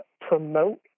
promote